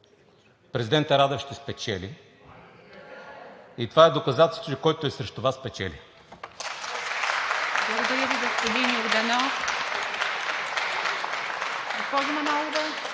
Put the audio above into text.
президентът Радев ще спечели и това е доказателство, че който е срещу Вас, печели.